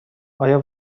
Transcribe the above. آیا